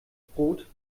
brot